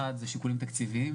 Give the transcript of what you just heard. אחד זה שיקול תקציבי.